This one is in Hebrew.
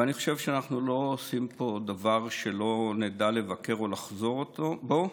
ואני חושב שאנחנו לא עושים פה דבר שלא נדע לבקר אותו או לחזור בנו ממנו.